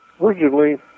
originally